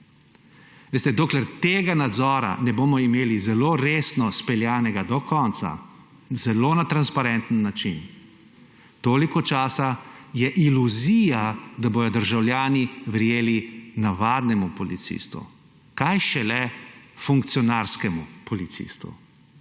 Dokler tega nadzora ne bomo imeli zelo resno izpeljanega do konca na zelo transparenten način, toliko časa je iluzija, da bodo državljani verjeli navadnemu policistu, kaj šele funkcionarskemu policistu.